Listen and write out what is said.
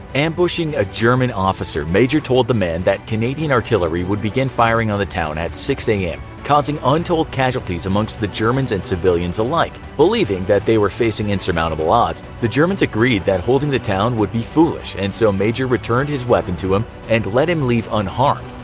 ambushing a german officer, major told the man that canadian artillery would begin firing on the town at six am, causing untold casualties amongst the germans and civilians alike. believing that they were facing insurmountable odds, the german agreed that holding the town would be foolish, and so major returned his weapon to him and let him leave unharmed,